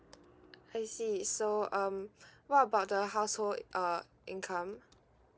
I see so um what about the household uh income